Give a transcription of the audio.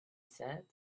said